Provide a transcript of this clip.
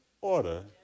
order